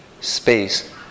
Space